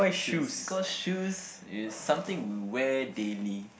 shoes because shoes is something we wear daily